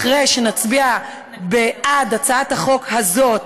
אחרי שנצביע בעד הצעת החוק הזאת,